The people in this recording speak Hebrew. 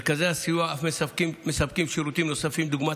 מרכזי הסיוע אף מספקים שירותים נוספים דוגמת